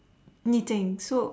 knitting so